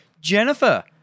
Jennifer